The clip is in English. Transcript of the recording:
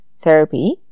Therapy